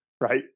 right